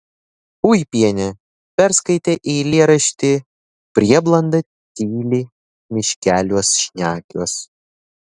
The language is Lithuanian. puipienė perskaitė eilėraštį prieblanda tyli miškeliuos šnekiuos